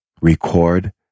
record